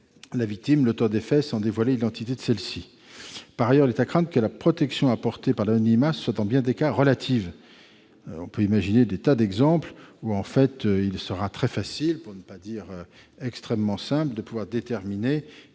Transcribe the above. la victime et l'auteur des faits sans dévoiler l'identité de celle-ci ? Par ailleurs, il est à craindre que la protection apportée par l'anonymat ne soit, dans bien des cas, relative. On peut imaginer de nombreux cas où il sera très facile, pour ne pas dire extrêmement simple, de pouvoir déterminer